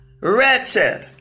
wretched